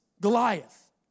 Goliath